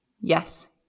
Yes